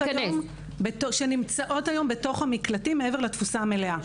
וילדיהן שנמצאות היום בתוך המקלטים מעבר לתפוסה המלאה.